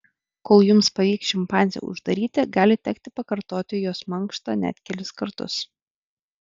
kol jums pavyks šimpanzę uždaryti gali tekti pakartoti jos mankštą net kelis kartus